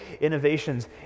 innovations